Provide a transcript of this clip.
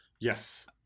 Yes